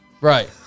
Right